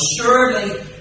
surely